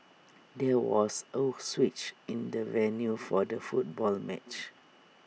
there was A switch in the venue for the football match